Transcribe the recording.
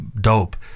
dope